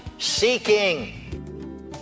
Seeking